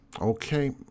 Okay